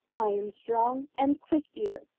ironstrong, and quick-ear.